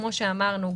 כפי שאמרנו,